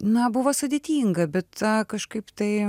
na buvo sudėtinga bet kažkaip tai